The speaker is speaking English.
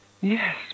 Yes